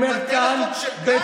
הינה, אני אומר כאן בצורה ברורה.